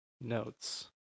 notes